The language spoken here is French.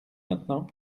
maintenant